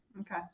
Okay